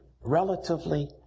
relatively